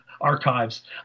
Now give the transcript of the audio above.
archives